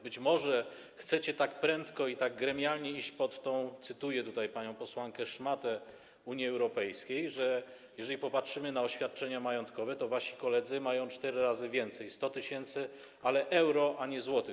Być może chcecie tak prędko i tak gremialnie iść pod tę, cytuję tutaj panią posłankę, szmatę Unii Europejskiej, bo jeżeli popatrzymy na oświadczenia majątkowe, to wasi koledzy mają cztery razy więcej - 100 tys., ale euro, a nie złotych.